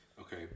Okay